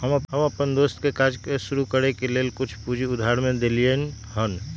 हम अप्पन दोस के काज शुरू करए के लेल कुछ पूजी उधार में देलियइ हन